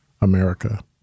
America